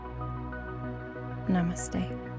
Namaste